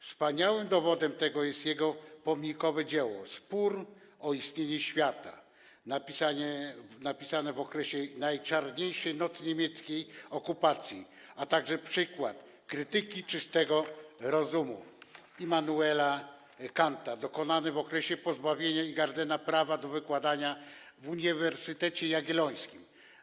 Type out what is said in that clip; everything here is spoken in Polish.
Wspaniałym tego dowodem jest jego pomnikowe dzieło „Spór o istnienie świata”, napisane w okresie najczarniejszej nocy niemieckiej okupacji, a także przekład „Krytyki czystego rozumu” Immanuela Kanta, dokonany w okresie pozbawienia Ingardena prawa do wykładania na Uniwersytecie Jagiellońskim.